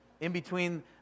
in-between